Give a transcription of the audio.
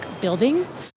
buildings